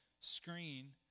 screen